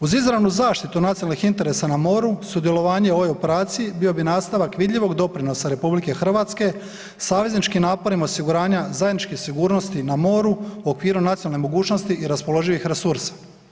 Uz izravnu zaštitu nacionalnih interesa na moru, sudjelovanje ove operacije, bio bi nastavak vidljivog doprinosa RH savezničkim naporima osiguranja zajedničke sigurnosti na moru u okviru nacionalne mogućnosti i raspoloživih resursa.